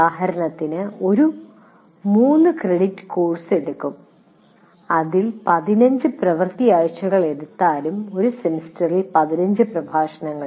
ഉദാഹരണത്തിന് ഒരു 3 credit course എടുക്കും നിങ്ങൾ 15 പ്രവൃത്തി ആഴ്ചകൾ എടുത്താലും ഒരു സെമസ്റ്ററിൽ 45 പ്രഭാഷണങ്ങൾ